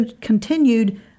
continued